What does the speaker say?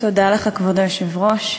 כבוד היושב-ראש,